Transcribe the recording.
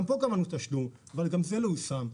גם פה קבענו תשלום, אבל זה לא יושם.